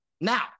now